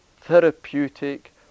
therapeutic